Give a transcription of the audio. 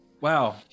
Wow